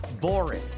boring